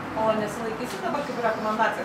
o nesilaikysit dabar kaip rekomendacijos